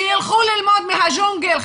שילכו ללמוד מהג'ונגל.